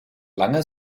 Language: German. langer